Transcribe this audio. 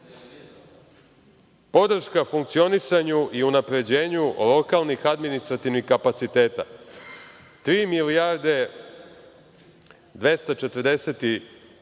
Podrška funkcionisanju i unapređenju lokalnih administrativnih kapaciteta 3.243.704.000,00 dinara,